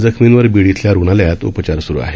जखमींवर बीड इथल्या रुग्णालयात उपचार स्रू आहेत